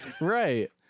Right